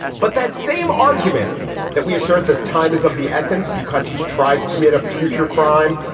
but that same argument that we assert that time is of the essence because he's tried to commit a future crime.